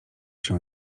się